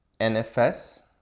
NFS